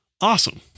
Awesome